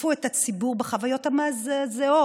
שיתפו את הציבור בחוויות המזעזעות